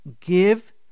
Give